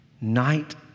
night